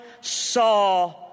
saw